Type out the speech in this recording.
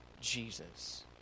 Jesus